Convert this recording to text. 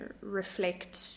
reflect